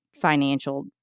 financial